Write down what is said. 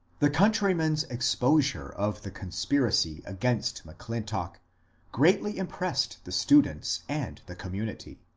the countryman's exposure of. the conspiracy against m'clintock greatly impressed the students and the community,